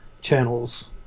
channels